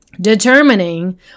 determining